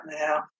now